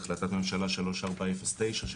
אחזקת מבנים, השכירות,